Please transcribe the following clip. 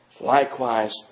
likewise